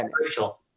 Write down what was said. Rachel